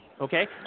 Okay